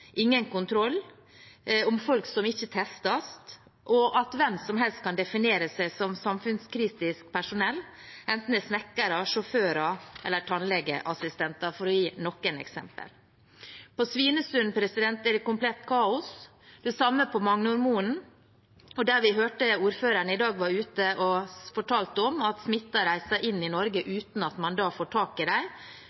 ingen kontroll, folk som ikke testes, og at hvem som helst kan definere seg som samfunnskritisk personell, enten det er snekkere, sjåfører eller tannlegeassistenter, for å gi noen eksempler. På Svinesund er det komplett kaos, det samme på Magnormoen, der vi i dag hørte ordføreren var ute og fortalte om at smittede reiser inn i Norge